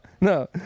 no